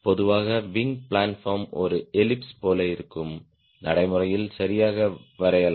பொதுவாக wing planform ஒரு ellipse போல இருக்கும் நடைமுறையில் சரியாக வரையலாம்